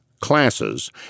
Classes